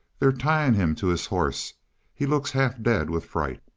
they're tying him to his horse he looks half dead with fright.